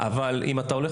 אבל אם אתה הולך